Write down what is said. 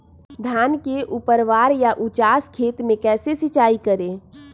धान के ऊपरवार या उचास खेत मे कैसे सिंचाई करें?